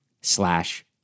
slash